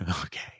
Okay